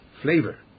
Flavor